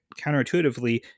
counterintuitively